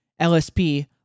LSP